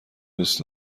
دوست